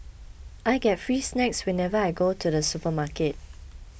I get free snacks whenever I go to the supermarket